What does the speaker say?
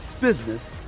business